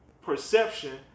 perception